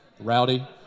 Rowdy